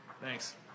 Thanks